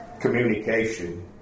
communication